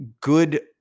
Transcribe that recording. good